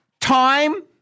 Time